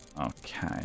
Okay